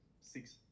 six